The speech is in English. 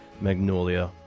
Magnolia